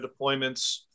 deployments